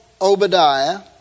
Obadiah